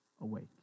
awake